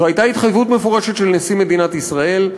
זאת הייתה התחייבות מפורשת של נשיא מדינת ישראל.